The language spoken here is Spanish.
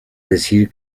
decir